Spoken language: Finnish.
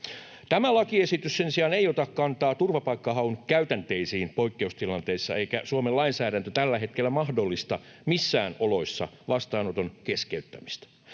Tämä lakiesitys sen sijaan ei ota kantaa turvapaikkahaun käytänteisiin poikkeustilanteissa, eikä Suomen lainsäädäntö tällä hetkellä mahdollista missään oloissa vastaanoton keskeyttämistä.